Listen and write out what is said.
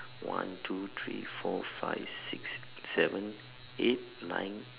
one two three four five six seven eight nine